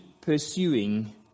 pursuing